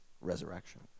resurrection